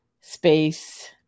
space